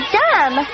dumb